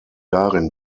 darin